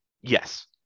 yes